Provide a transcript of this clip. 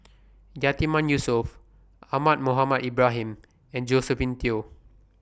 Yatiman Yusof Ahmad Mohamed Ibrahim and Josephine Teo